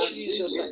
Jesus